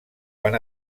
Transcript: van